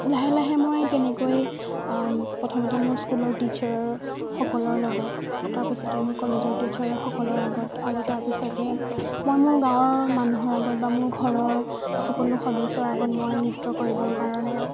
লাহে লাহে মই তেনেকৈ প্ৰথমতে মোৰ স্কুলৰ টিচাৰসকলৰ লগত তাৰ পিছতে মোৰ কলেজৰ টিচাৰসকলৰ আগত আৰু তাৰ পিছতে মই মোৰ গাঁৱৰ মানুহৰ আগত বা মোৰ ঘৰৰ সকলো সদস্যৰ আগত মই নৃত্য কৰিবৰ কাৰণে